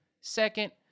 Second